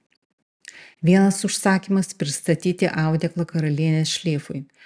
vienas užsakymas pristatyti audeklą karalienės šleifui